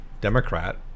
Democrat